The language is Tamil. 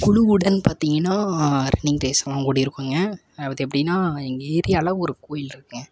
குழுவுடன் பார்த்திங்கனா ரன்னிங் ரேஸ் எல்லாம் ஓடிருக்கோங்க அது எப்படினா எங்கள் ஏரியாவில ஒரு கோயில் இருக்கு